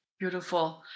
Beautiful